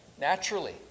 naturally